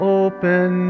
open